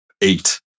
eight